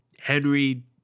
Henry